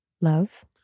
Love